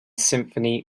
symphony